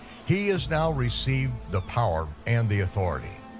he has now received the power and the authority,